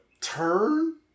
turn